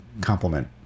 compliment